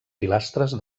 pilastres